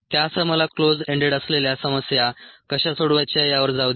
त्यासह मला close ended असलेल्या समस्या कशा सोडवायच्या यावर जाऊ द्या